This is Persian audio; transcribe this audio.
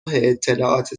اطلاعات